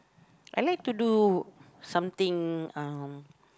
I like to do something uh